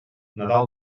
nadal